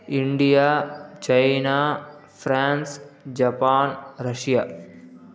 India China France Japan Russia